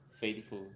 faithful